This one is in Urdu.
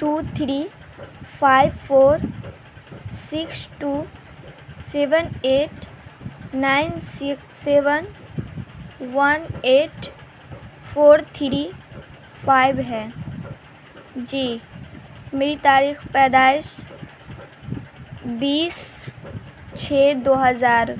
to three five four six two seven eight nine seven one eight four three five ہے جی میری تاریخ پیدائش بیس چھ دو ہزار